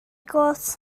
gôt